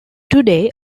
today